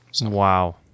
Wow